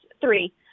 three